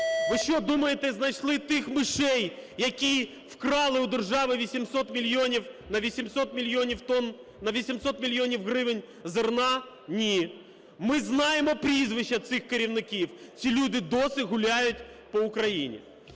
Ви що, думаєте, знайшли тих "мишей", які вкрали у держави 800 мільйонів… на 800 мільйонів тонн, на 800 мільйонів гривень зерна? Ні. Ми знаємо прізвища цих керівників, ці люди досі гуляють по Україні.